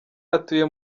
atuye